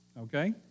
okay